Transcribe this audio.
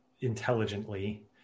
intelligently